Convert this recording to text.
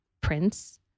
prince